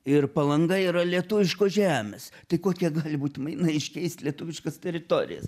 ir palanga yra lietuviškos žemės tai kokie gali būt mainai iškeist lietuviškas teritorijas